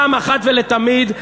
אחת ולתמיד,